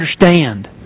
understand